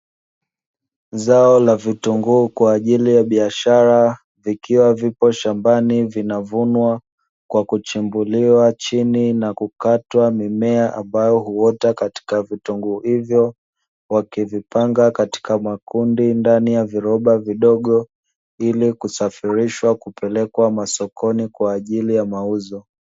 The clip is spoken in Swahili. Zao la vitunguu kwa ajili ya biashara, vikiwa vipo shambani vinavunwa kwa kuchimbuliwa chini na kukatwa mimea ambayo huota katika vitunguu hivyo, wakivipanga katika makundi ndani ya viroba vidogo, ili kusafirishwa kupelekwa masokoni kwa ajili ya mauzo.